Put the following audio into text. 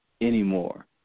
anymore